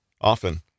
Often